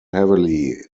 heavily